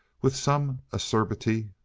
with some acerbity.